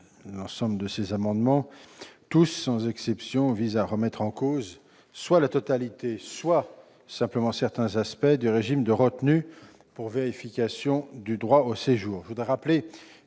Tous ces amendements, sans exception, visent à remettre en cause, soit la totalité, soit certains aspects du régime de retenue pour vérification du droit de séjour.